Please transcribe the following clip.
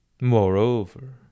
Moreover